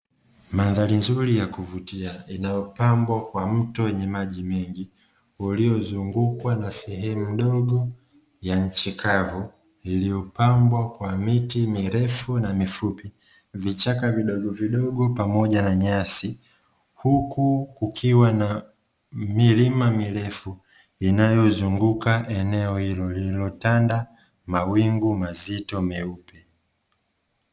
Mandhari nzuri ya kuvutia, inayopambwa kwa mto wenye maji mengi; uliozungukwa na sehemu mdogo ya nchi kavu; iliyopambwa kwa miti mirefu na mifupi, vichaka vidogovidogo pamoja na nyasi, huku kukiwa na milima mirefu inayozunguka eneo hilo; lililotanda mawingu mazito meupe.